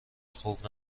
خوب